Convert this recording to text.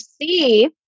see